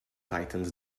tightened